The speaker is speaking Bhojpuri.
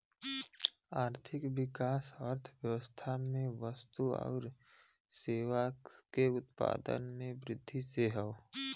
आर्थिक विकास अर्थव्यवस्था में वस्तु आउर सेवा के उत्पादन में वृद्धि से हौ